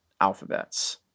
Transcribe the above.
alphabets